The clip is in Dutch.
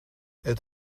het